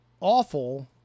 awful